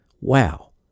Wow